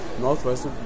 Northwest